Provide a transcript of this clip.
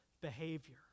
behavior